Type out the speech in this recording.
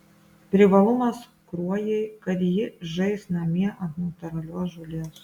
privalumas kruojai kad ji žais namie ant natūralios žolės